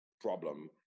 problem